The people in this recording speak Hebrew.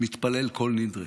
מתפלל כל נדרי.